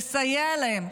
לסייע להם.